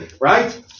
Right